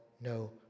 no